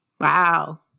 wow